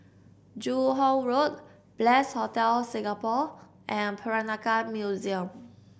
Joo Hong Road Bliss Hotel Singapore and Peranakan Museum